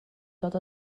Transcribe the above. dod